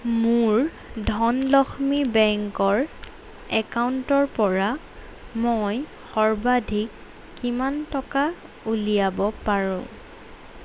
মোৰ ধনলক্ষ্মী বেংকৰ একাউণ্টৰপৰা মই সৰ্বাধিক কিমান টকা উলিয়াব পাৰোঁ